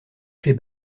chez